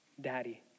daddy